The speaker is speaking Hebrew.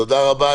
תודה רבה.